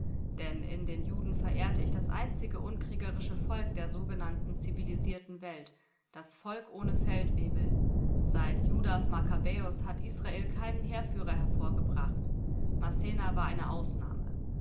denn in den juden verehrte ich das einzige unkriegerische volk der sogenannten zivilisierten welt das volk ohne feldwebel seit judas makkabäus hat israel keinen heerführer hervorgebracht massena war eine ausnahme